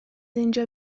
اینجا